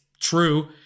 true